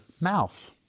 mouth